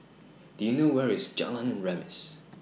Do YOU know Where IS Jalan Remis